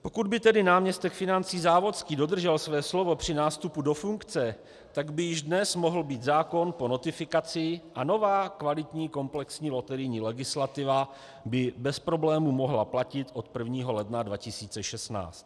Pokud by tedy náměstek financí Závodský dodržel své slovo při nástupu do funkce, tak by již dnes mohl být zákon po notifikaci a nová kvalitní komplexní loterijní legislativa by bez problémů mohla platit od 1. ledna 2016.